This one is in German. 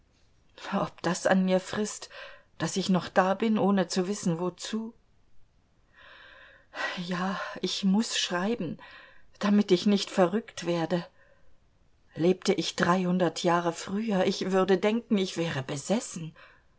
ob das an mir frißt daß ich noch da bin ohne zu wissen wozu ja ich muß schreiben damit ich nicht verrückt werde lebte ich dreihundert jahre früher ich würde denken ich wäre besessen